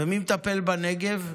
ומי מטפל בנגב?